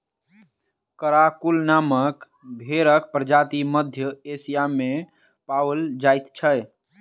Karakul नामक भेंड़क प्रजाति मध्य एशिया मे पाओल जाइत छै